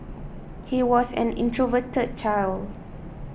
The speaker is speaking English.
he was an introverted child